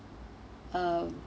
uh